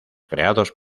creados